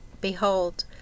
Behold